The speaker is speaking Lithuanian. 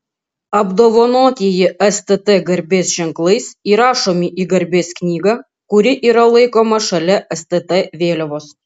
apdovanotieji stt garbės ženklais įrašomi į garbės knygą kuri yra laikoma šalia stt vėliavos